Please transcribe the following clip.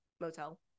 motel